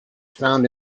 found